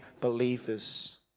believers